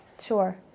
Sure